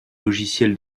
logiciel